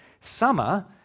summer